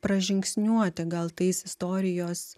pražingsniuoti gal tais istorijos